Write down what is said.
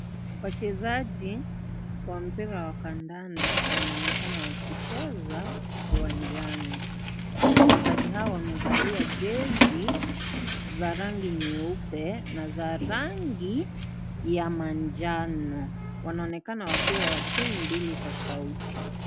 Wachezaji wa mpira wa kandanda wanaonekana wakicheza uwanjani . Wachezaji hawa wamevalia jezi za rangi nyeupe na za rangi ya manjano . Wanaonekana wakiwa wa timu mbili tofauti.